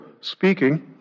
speaking